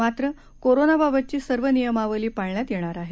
मात्र कोरानाबाबतची सर्व नियमावली पाळण्यात येणार आहे